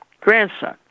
grandson